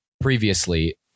previously